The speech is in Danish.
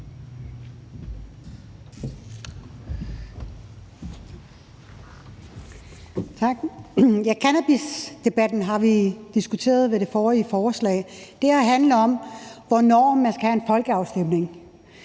cannabisdebatten har vi haft ved det forrige forslag. Det her handler om, hvornår man skal have en folkeafstemning.